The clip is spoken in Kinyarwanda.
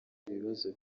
ibibazo